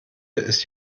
ist